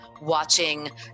watching